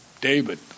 David